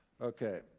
Okay